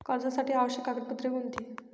कर्जासाठी आवश्यक कागदपत्रे कोणती?